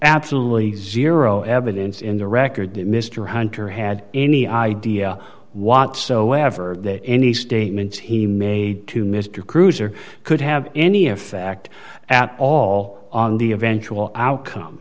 absolutely zero evidence in the record that mr hunter had any idea whatsoever that any statements he made to mr kreuzer could have any effect at all on the eventual outcome